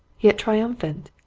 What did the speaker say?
yet tri umphant,